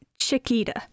Chiquita